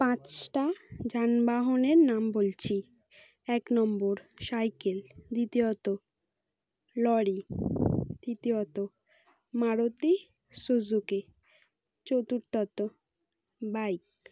পাঁচটা যানবাহনের নাম বলছি এক নম্বর সাইকেল দ্বিতীয়ত লরি তৃতীয়ত মারুতি সুজুকি চতুর্থত বাইক